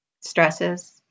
stresses